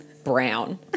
brown